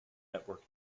network